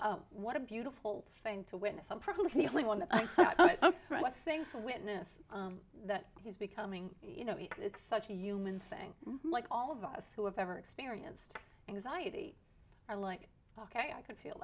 oh what a beautiful fame to witness i'm probably the only one thing to witness that he's becoming you know it's such a human thing like all of us who have ever experienced anxiety are like ok i could feel